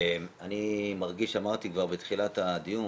אני מרגיש, אמרתי כבר בתחילת הדיון,